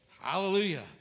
Hallelujah